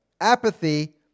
Apathy